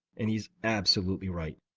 and he's absolutely right.